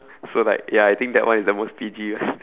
so like ya I think that one is the most P_G one